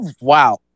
wow